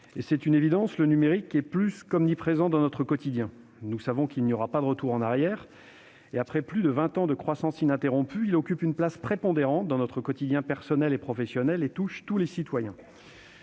! C'est une évidence, le numérique est plus qu'omniprésent dans notre quotidien. Nous savons qu'il n'y aura pas de retour en arrière. Après plus de vingt ans de croissance ininterrompue, il occupe une place prépondérante dans notre quotidien personnel et professionnel, et touche tous les citoyens.